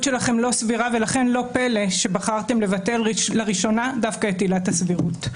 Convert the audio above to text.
שלכם לא סבירה ולכן לא פלא שבחרתם לבטל לראשונה דווקא את עילת הסבירות.